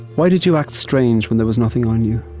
why did you act strange when there was nothing on you?